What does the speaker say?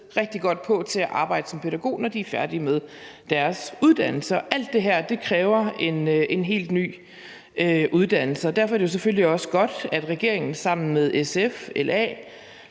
rigtig godt på til at arbejde som pædagog, når de er færdige med deres uddannelse. Alt det her kræver en helt ny uddannelse, og derfor er det selvfølgelig også godt, at regeringen sammen med SF, LA,